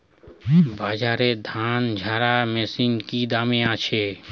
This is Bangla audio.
বাজারে ধান ঝারা মেশিনের কি দাম আছে?